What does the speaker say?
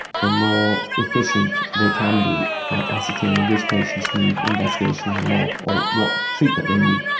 the more efficient they can be at ascertaining which patients need investigation or not or what treatment they need.